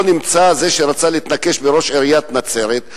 נמצא זה שרצה להתנקש בראש עיריית נצרת,